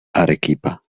arequipa